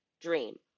dream